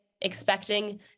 expecting